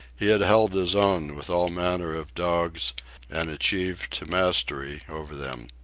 he had held his own with all manner of dogs and achieved to mastery over them.